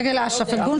הסייבר מבקש,